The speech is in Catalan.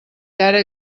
ara